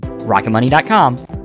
rocketmoney.com